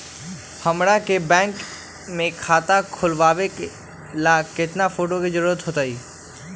हमरा के बैंक में खाता खोलबाबे ला केतना फोटो के जरूरत होतई?